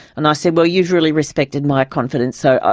and i said, well you've really respected my confidence, so,